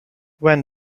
when